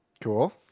Cool